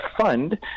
fund